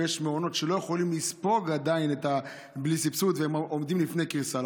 ויש מעונות שלא יכולים לספוג את זה שאין סבסוד והם עומדים לפני קריסה.